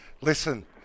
Listen